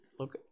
Look